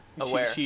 Aware